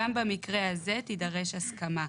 גם במקרה הזה תידרש הסכמה.